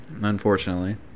unfortunately